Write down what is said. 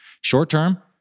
Short-term